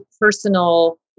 personal